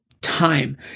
Time